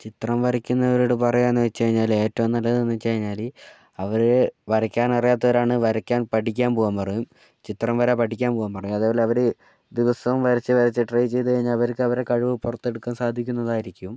ചിത്രം വരയ്ക്കുന്നവരോട് പറയാമെന്നു വച്ച് കഴിഞ്ഞാൽ ഏറ്റവും നല്ലത് എന്നു വച്ചു കഴിഞ്ഞാൽ അവർ വരയ്ക്കാനറിയാത്തവരാണ് വരയ്ക്കാൻ പഠിക്കാൻ പോകാൻ പറയും ചിത്രം വര പഠിക്കാൻ പോകാൻ പറയും അതെപോലെ അവർ ദിവസവും വരച്ചു വരച്ച് ട്രൈ ചെയ്തു കഴിഞ്ഞാൽ അവർക്ക് അവരെ കഴിവ് പുറത്തെടുക്കാൻ സാധിക്കുന്നതായിരിക്കും